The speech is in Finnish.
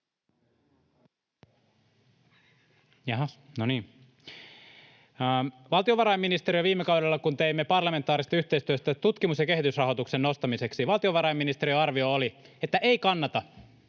Jahas, no niin. — Viime kaudella, kun teimme parlamentaarista yhteistyötä tutkimus- ja kehitysrahoituksen nostamiseksi, valtiovarainministeriön arvio oli, että ei kannata,